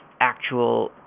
actual